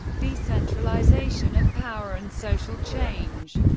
decentralization of power, and social change.